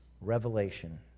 Revelation